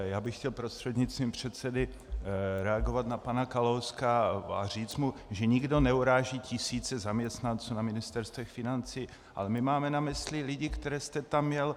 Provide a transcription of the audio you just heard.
Já bych chtěl prostřednictvím předsedy reagovat na pana Kalouska a říct mu, že nikdo neuráží tisíce zaměstnanců na Ministerstvu financí, ale my máme na mysli lidi, které jste tam měl.